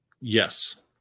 Yes